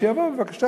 שיבוא בבקשה,